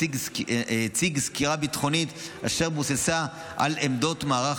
הציג סקירה ביטחונית אשר בוססה על עמדות מערך